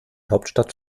hauptstadt